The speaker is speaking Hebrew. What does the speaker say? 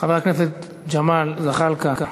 חבר הכנסת ג'מאל זחאלקה,